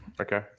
Okay